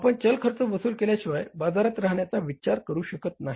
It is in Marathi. आपण चल खर्च वसूल केल्याशिवाय बाजारात राहण्याचा विचार करू शकत नाही